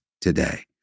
today